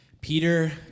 Peter